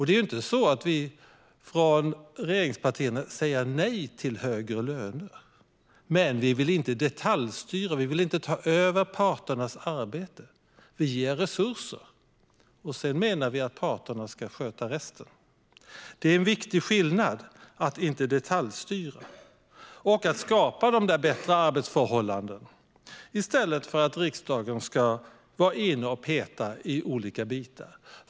Det är inte så att vi regeringspartier säger nej till högre löner, men vi vill inte detaljstyra och ta över parternas arbete. Vi ger resurser, och sedan får parterna sköta resten. Det är en viktig skillnad från att detaljstyra. Ja, vi vill skapa bättre arbetsförhållanden, men riksdagen ska inte gå in och peta i olika bitar.